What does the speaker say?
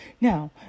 Now